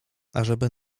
ażeby